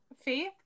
Faith